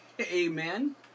Amen